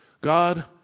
God